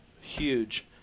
huge